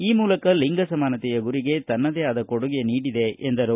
ಈ ಮೂಲಕ ಲಿಂಗ ಸಮಾನತೆಯ ಗುರಿಗೆ ತನ್ನದೇ ಆದ ಕೊಡುಗೆ ನೀಡಿದೆ ಎಂದರು